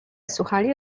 słuchali